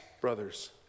brothers